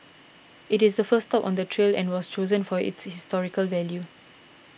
it is the first stop on the trail and was chosen for its historical value